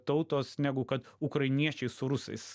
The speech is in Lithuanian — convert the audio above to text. tautos negu kad ukrainiečiai su rusais